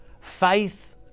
faith